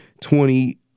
twenty